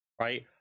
right